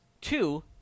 Two